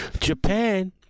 Japan